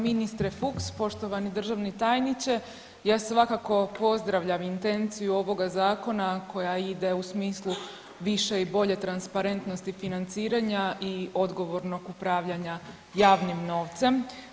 Poštovani ministre Fuchs, poštovani državni tajniče, ja svakako pozdravljam intenciju ovoga zakona koja ide u smislu više i bolje transparentnosti financiranja i odgovornog upravljanja javnim novcem.